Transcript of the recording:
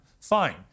fine